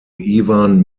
ivan